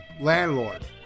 Landlord